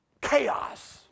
chaos